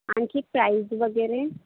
आणखी प्राईज वगैरे